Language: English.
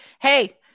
hey